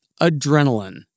adrenaline